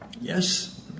Yes